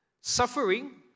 Suffering